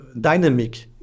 dynamic